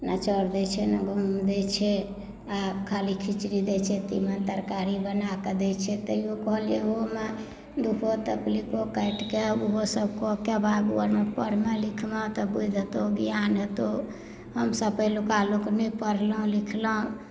ने चाउर दैत छै ने गहुँम दैत छै आ खाली खिचड़ी दैत छै तीमन तरकारी बना कऽ दैत छै तैयो कहलियै ओहोमे दुखो तकलीफो काटि कऽ ओहोसभ कऽ के बाबू पढ़मे लिखमे तऽ बुद्धि हेतौ ज्ञान हेतौ हमसभ पहिलुका लोक नहि पढ़लहुँ लिखलहुँ